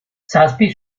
zazpi